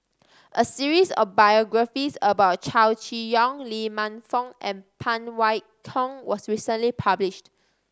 a series of biographies about Chow Chee Yong Lee Man Fong and Phan Wait Hong was recently published